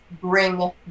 bring